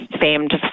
famed